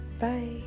Bye